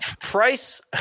Price